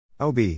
OB